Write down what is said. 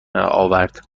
آورد